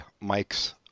Mike's